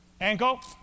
Ankle